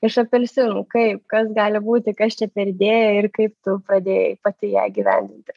iš apelsinų kaip kas gali būti kas čia per idėja ir kaip tu pradėjai pati ją įgyvendinti